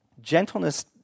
Gentleness